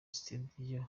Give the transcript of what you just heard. studio